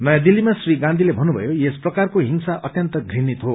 नयाँ दिल्लीमा श्री गान्धीले भन्नुभयो यसप्रकारको हिंसा अत्यन्त घृणित हो